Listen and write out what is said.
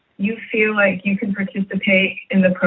you feel like you can participate in the